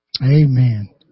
Amen